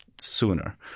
sooner